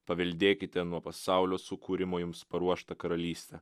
paveldėkite nuo pasaulio sukūrimo jums paruoštą karalystę